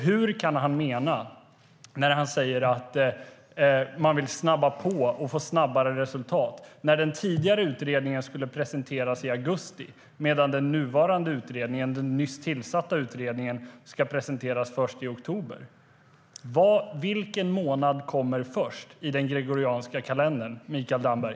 Vad menar han när han säger att han vill ha snabbare resultat? Den tidigare utredningen skulle presenteras i augusti medan den nyss tillsatta utredningen ska presenteras först i oktober. Vilken månad kommer först i den gregorianska kalendern, Mikael Damberg?